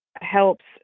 helps